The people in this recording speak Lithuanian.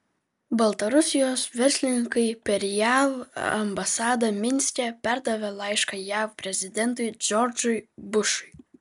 baltarusijos verslininkai per jav ambasadą minske perdavė laišką jav prezidentui džordžui bušui